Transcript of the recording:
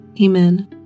Amen